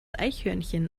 eichhörnchen